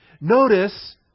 Notice